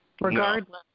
regardless